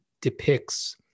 depicts